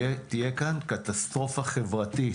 תהיה כאן קטסטרופה חברתית,